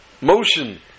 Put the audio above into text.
motion